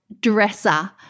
dresser